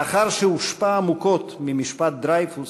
לאחר שהושפע עמוקות ממשפט דרייפוס,